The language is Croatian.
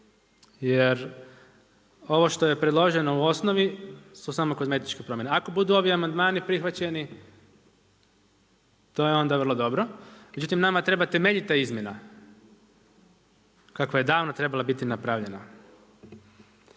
jer ovo što je predloženo u osnovi su samo kozmetičke promjene. Ako budu ovi amandmani prihvaćeni to je onda vrlo dobro. Međutim, nama treba temeljita izmjena, kakva je davno trebala biti napravljena